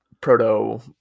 Proto